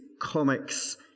comics